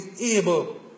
able